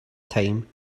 time